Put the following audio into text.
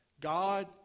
God